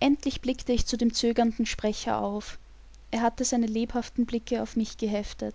endlich blickte ich zu dem zögernden sprecher auf er hatte seine lebhaften blicke auf mich geheftet